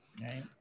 Right